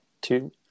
Two